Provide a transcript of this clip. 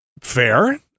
Fair